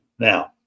Now